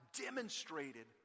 demonstrated